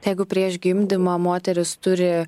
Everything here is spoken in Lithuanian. jeigu prieš gimdymą moteris turi